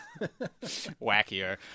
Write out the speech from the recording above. wackier